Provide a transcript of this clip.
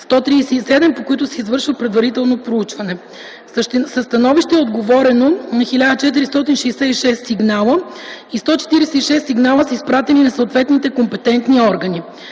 137, по които се извършва предварително проучване. Със становища е отговорено на 1466 сигнала и 146 сигнала са изпратени на съответните компетентни органи.